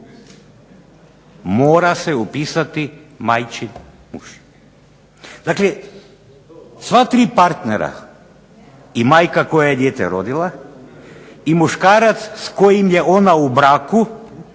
djeteta upisati majčin muž. Dakle sva tri partnera i majka koja je dijete rodila, i muškarac s kojim je ona u braku